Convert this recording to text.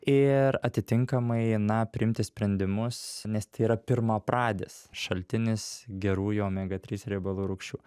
ir atitinkamai na priimti sprendimus nes tai yra pirmapradis šaltinis gerųjų omega trys riebalų rūgščių